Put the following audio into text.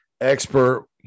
expert